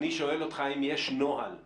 אני שואל אותך האם יש נוהל ברור.